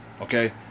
Okay